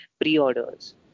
pre-orders